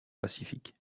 pacifique